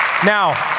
Now